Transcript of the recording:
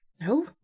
No